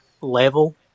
level